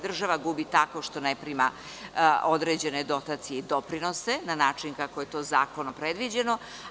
Država gubi tako što ne prima određene dotacije i doprinose na način kako je to zakonom predviđeno.